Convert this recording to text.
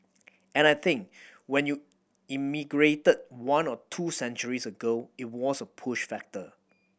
and I think when you emigrated one or two centuries ago it was a push factor